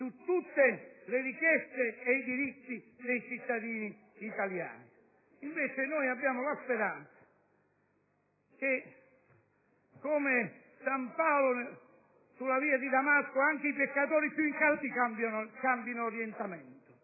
su tutte le richieste e i diritti dei cittadini italiani. Invece abbiamo la speranza che, come San Paolo sulla via di Damasco, anche i peccatori più incalliti cambino orientamento